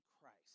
Christ